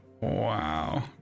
Wow